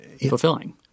fulfilling